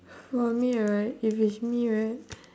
for me right if it's me right